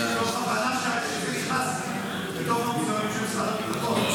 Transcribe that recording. מתוך הבנה שזה נכנס לתוך המוזיאונים של משרד הביטחון.